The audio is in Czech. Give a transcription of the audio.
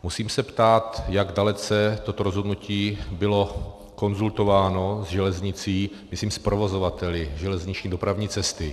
Musím se ptát, jak dalece toto rozhodnutí bylo konzultováno s železnicí, myslím s provozovateli železniční dopravní cesty.